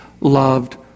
loved